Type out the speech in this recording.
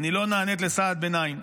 אני לא נענית לסעד ביניים.